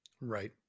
right